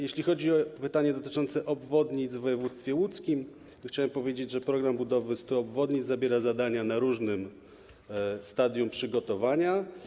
Jeśli chodzi o pytanie dotyczące obwodnic w województwie łódzkim, chciałbym powiedzieć, że program budowy 100 obwodnic zawiera zadania na różnym stadium przygotowania.